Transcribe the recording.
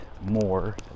more